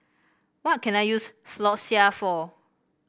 what can I use Floxia for